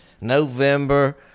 November